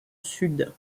sud